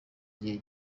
gihe